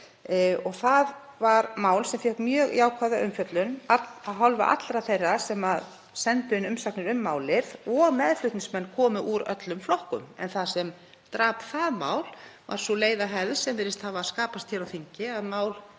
Það var mál sem fékk mjög jákvæða umfjöllun af hálfu allra þeirra sem sendu inn umsagnir um málið og meðflutningsmenn komu úr öllum flokkum. En það sem drap það mál var sú leiða hefð sem virðist hafa skapast hér á þingi, að mál